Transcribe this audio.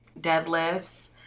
deadlifts